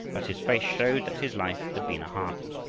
but his face showed that his life had been a hard one.